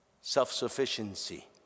self-sufficiency